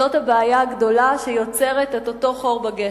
זאת הבעיה הגדולה שיוצרת את אותו חור בגשר.